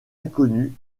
inconnus